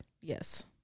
yes